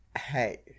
Hey